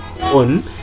on